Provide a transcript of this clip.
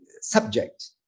subject